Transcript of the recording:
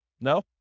No